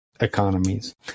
Economies